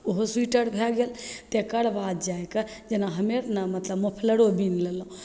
ओहो सोइटर भै गेल तकरबाद जाके जेना हमे ने मतलब मोफलरो बिनि लेलहुँ